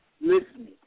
listening